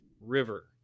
River